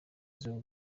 z’u